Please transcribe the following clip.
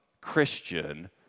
Christian